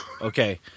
Okay